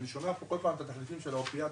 אני שומע כל הזמן את התחליפים של האופיאטים,